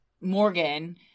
Morgan